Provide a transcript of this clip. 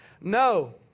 No